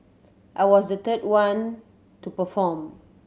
I was the third one to perform